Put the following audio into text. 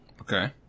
Okay